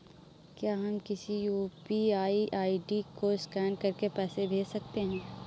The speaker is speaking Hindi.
क्या हम किसी यू.पी.आई आई.डी को स्कैन करके पैसे भेज सकते हैं?